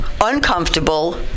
uncomfortable